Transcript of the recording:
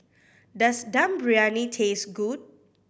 does Dum Briyani taste good